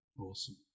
Awesome